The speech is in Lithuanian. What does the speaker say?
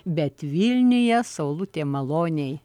bet vilniuje saulutė maloniai